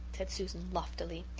said susan loftily.